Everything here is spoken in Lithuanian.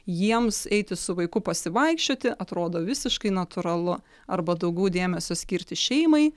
jiems eiti su vaiku pasivaikščioti atrodo visiškai natūralu arba daugiau dėmesio skirti šeimai